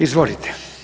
Izvolite.